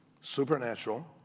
supernatural